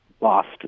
lost